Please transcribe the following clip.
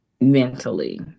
mentally